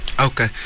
Okay